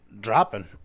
dropping